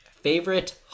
Favorite